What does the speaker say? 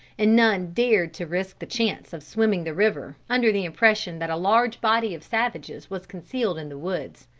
and none dared to risk the chance of swimming the river, under the impression that a large body of savages was concealed in the woods.